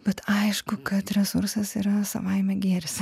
bet aišku kad resursas yra savaime gėris